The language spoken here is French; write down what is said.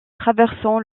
traversant